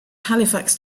halifax